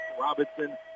Robinson